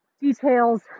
details